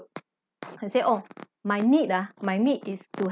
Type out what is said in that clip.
can say oh my need ah my need is to